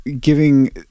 giving